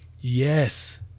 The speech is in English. yes